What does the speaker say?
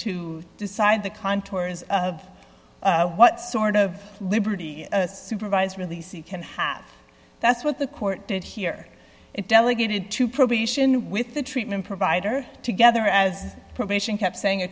to decide the contours of what sort of liberty a supervised release can have that's what the court did hear it delegated to probation with the treatment provider together as probation kept saying a